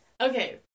Okay